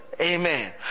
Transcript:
Amen